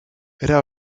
era